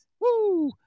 Woo